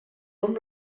hom